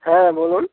হ্যাঁ বলুন